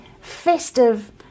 festive